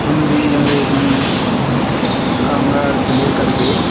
हिंदी अंग्रेजी काँगड़ से लेकर के